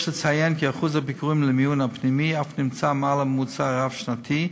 יש לציין כי אחוז הביקורים במיון פנימי אף נמצא מעל הממוצע הרב-שנתי,